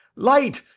light!